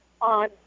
on